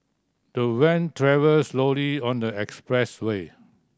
the van travelled slowly on the expressway